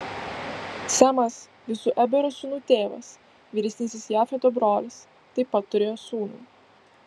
semas visų ebero sūnų tėvas vyresnysis jafeto brolis taip pat turėjo sūnų